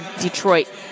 Detroit